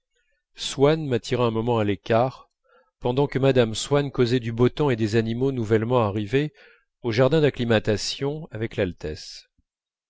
swann m'attira un moment à l'écart pendant que mme swann causait du beau temps et des animaux nouvellement arrivés au jardin d'acclimatation avec l'altesse